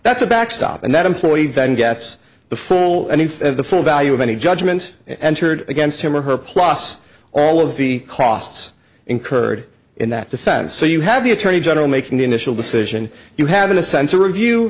backstop and that employee then gets the full and the full value of any judgment entered against him or her plus all of the costs incurred in that defense so you have the attorney general making the initial decision you have in a sense a review